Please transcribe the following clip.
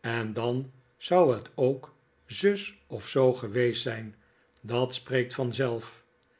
en dan zou het ook zus of zoo geweest zijn dat spreekt vanzelf